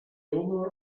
owner